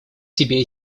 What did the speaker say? себе